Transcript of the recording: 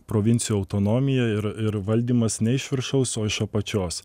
provincijų autonomija ir ir valdymas ne iš viršaus o iš apačios